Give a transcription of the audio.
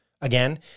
Again